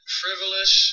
frivolous